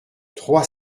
trois